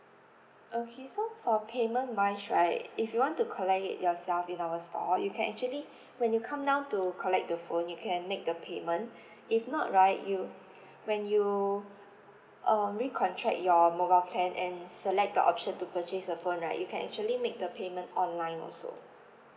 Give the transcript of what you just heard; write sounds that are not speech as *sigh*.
okay so for payment wise right if you want to collect it yourself in our store you can actually when you come down to collect the phone you can make the payment *breath* if not right you when you um recontract your mobile plan and select the option to purchase a phone right you can actually make the payment online also